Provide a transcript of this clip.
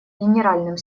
генеральным